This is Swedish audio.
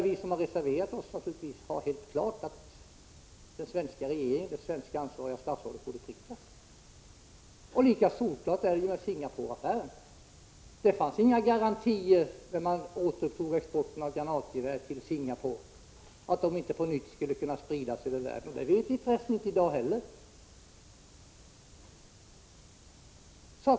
Vi som har reserverat oss finner det alltså självklart att det ansvariga statsrådet borde prickas. Lika solklar är Singaporeaffären. Det fanns inga garantier, när man återupptog exporten av granatgevär till Singapore, för att de inte på nytt skulle kunna spridas över världen; det vet vi för resten inte i dag heller.